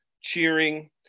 cheering